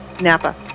Napa